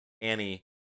Annie